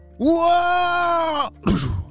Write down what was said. Whoa